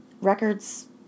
Records